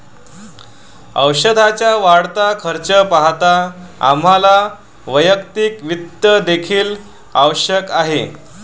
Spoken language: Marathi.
औषधाचा वाढता खर्च पाहता आम्हाला वैयक्तिक वित्त देखील आवश्यक आहे